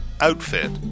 Outfit